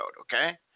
Okay